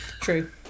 True